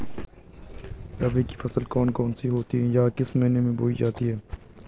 रबी की फसल कौन कौन सी होती हैं या किस महीने में बोई जाती हैं?